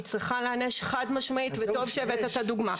היא צריכה להיענש חד משמעית וטוב שהבאת את הדוגמה.